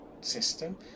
system